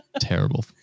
Terrible